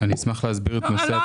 אשמח להסביר את נושא התקצוב.